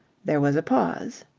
there was a pause.